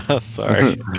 Sorry